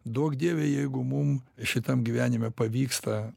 duok dieve jeigu mum šitam gyvenime pavyksta